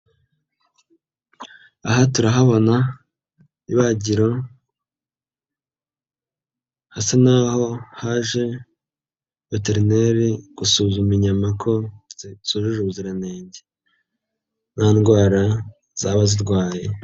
Aha turahabona ibagiro hasa n'aho haje veterineri gusuzuma inyama ko zujuje ubuziranenge, nta ndwara zaba zirwaye.